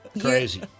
Crazy